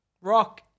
Rock